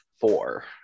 four